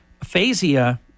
Aphasia